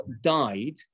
died